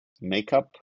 makeup